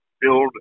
build